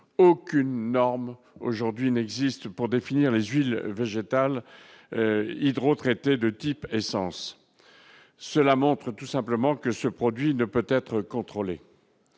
aucune norme aujourd'hui n'existe pour définir les huiles végétales Hydro-traité de type essence cela montre tout simplement que ce produit ne peut être contrôlé